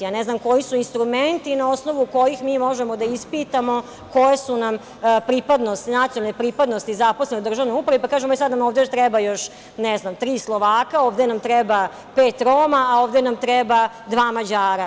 Ja ne znam koji su instrumenti na osnovu kojih mi možemo da ispitamo koje su nam nacionalne pripadnosti zaposleni u državnoj upravi, pa kažemo, e, sad nam ovde treba, ne znam, još tri Slovaka, ovde nam treba pet Roma, a ovde nam treba dva Mađara.